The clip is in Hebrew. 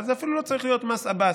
אבל זה אפילו לא צריך להיות מס עבאס.